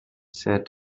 said